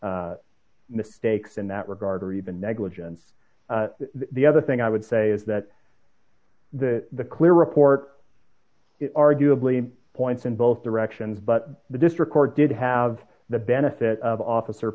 mistakes in that regard or even negligence the other thing i would say is that the the clear report arguably points in both directions but the district court did have the benefit of officer